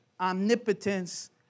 omnipotence